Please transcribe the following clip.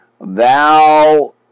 Thou